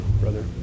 brother